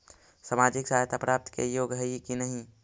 सामाजिक सहायता प्राप्त के योग्य हई कि नहीं?